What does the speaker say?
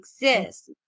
exist